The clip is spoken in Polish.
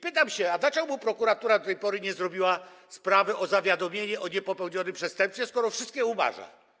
Pytam się: Dlaczego prokuratura do tej pory nie wszczęła sprawy o zawiadomienie o niepopełnionym przestępstwie, skoro wszystkie umarza?